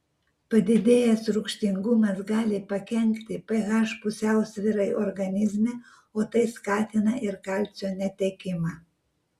padidėjęs rūgštingumas gali pakenkti ph pusiausvyrai organizme o tai skatina ir kalcio netekimą